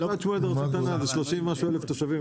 גבעת שמואל זו רשות קטנה, 30 ומשהו אלף תושבים.